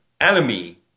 enemy